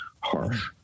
harsh